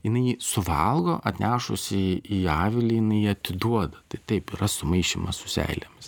jinai jį suvalgo atnešusi į avilį ji atiduoda tai taip yra sumaišymas su seilėmis